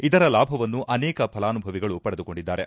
ಇದರ ಲಾಭವನ್ನು ಅನೇಕ ಫಲಾನುಭವಿಗಳು ಪಡೆದುಕೊಂಡಿದ್ದಾರೆ